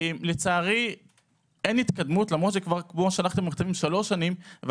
לצערי אין התקדמות למרות שכבר שלוש שנים נשלחו מכתבים ואנחנו